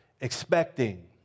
expecting